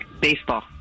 Baseball